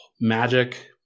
magic